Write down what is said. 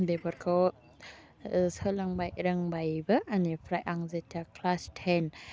बेफोरखौ सोलोंबाय रोंबायबो बेनिफ्राय आं जेथिया क्लास टेन